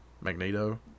Magneto